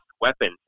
weapons